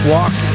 Walk